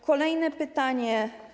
Kolejne pytanie.